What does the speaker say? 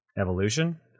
evolution